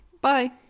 Bye